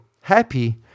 happy